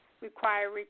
require